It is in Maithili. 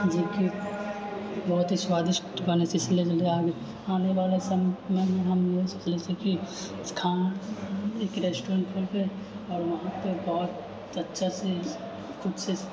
जेकि बहुत ही स्वादिष्ट बनै छै इसलियै आबैवला समयमे हम ई सोचले छी कि खानाके लेल एक रेस्टोरेन्ट खोलबै आओर वहाँपर बहुत अच्छासँ खुदसँ